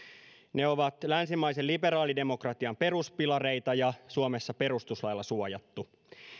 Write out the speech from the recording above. ne ovat länsimaisen liberaalidemokratian peruspilareita ja suomessa perustuslailla suojattu